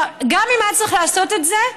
גם אם היה צריך לעשות את זה,